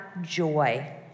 joy